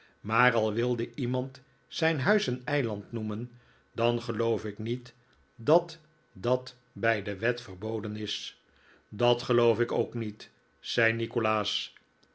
maar al wilde iemand zijn huis een eiland noemen dan geloof ik niet dat dat bij de wet verboden is dat geloof ik ook niet zei nikolaas